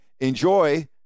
Enjoy